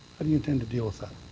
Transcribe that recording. um you intend to teal with that?